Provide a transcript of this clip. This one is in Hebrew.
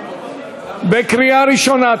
קריאה ראשונה.